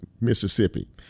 mississippi